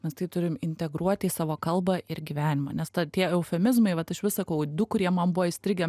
mes tai turim integruoti į savo kalbą ir gyvenimą nes ta tie eufemizmai vat aš vis sakau du kurie man buvo įstrigę